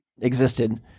existed